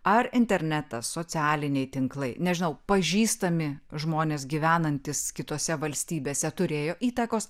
ar internetas socialiniai tinklai nežinau pažįstami žmonės gyvenantys kitose valstybėse turėjo įtakos